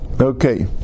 Okay